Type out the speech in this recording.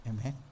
amen